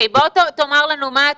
בוא תגיד לנו מה התמחור.